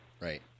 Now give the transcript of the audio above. Right